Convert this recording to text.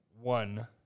one